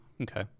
Okay